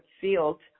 field